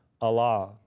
Allah